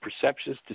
perceptions